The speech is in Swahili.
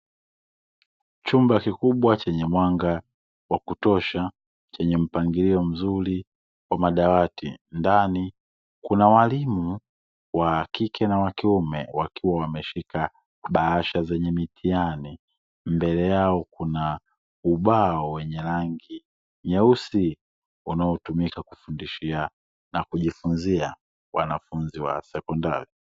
Chumba kikubwa chenye mwanga wa kutosha chenye mpangilio mzuri wa madawati, ndani kuna walimu wa kike na wa kiume wakiwa wameshika bahasha zenye mitihani. Mbele yao kuna ubao wenye rangi nyeusi unaotumika kufundishia na kujifunzia wanafunzi wa sekondari.